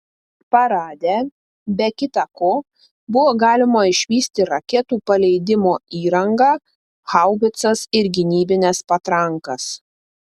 parade be kita ko buvo galima išvysti raketų paleidimo įrangą haubicas ir gynybines patrankas